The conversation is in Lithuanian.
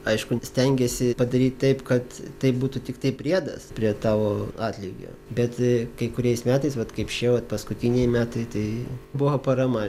aišku stengiesi padaryt taip kad tai būtų tiktai priedas prie tavo atlygio bet kai kuriais metais vat kaip šie va paskutiniai metai tai buvo parama